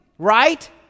Right